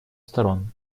сторон